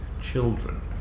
children